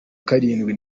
karindwi